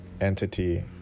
entity